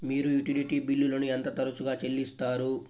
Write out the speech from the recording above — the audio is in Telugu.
మీరు యుటిలిటీ బిల్లులను ఎంత తరచుగా చెల్లిస్తారు?